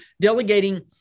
delegating